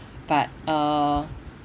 but uh